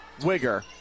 Wigger